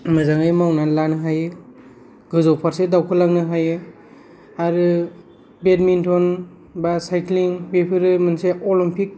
मोजाङै मावनानै लानो हायो गोजौ फारसे दावखोलांनो हायो आरो बेदमिन्टन बा साइक्लिं बेफोरो मोनसे अलिम्पिक